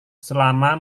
selama